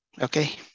Okay